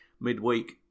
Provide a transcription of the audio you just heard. midweek